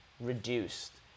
reduced